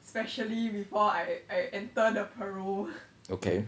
okay